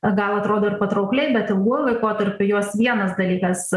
a gal atrodo patraukliai bet ilguoju laikotarpiu jos vienas dalykas